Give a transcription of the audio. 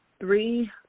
three